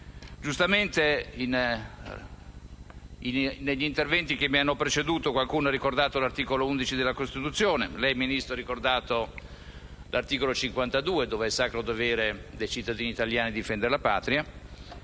Giustamente, negli interventi che mi hanno preceduto, qualcuno ha ricordato l'articolo 11 della Costituzione. Lei, signor Ministro, ha ricordato l'articolo 52, secondo il quale è sacro dovere dei cittadini italiani difendere la patria.